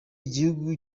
igihugu